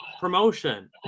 promotion